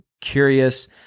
curious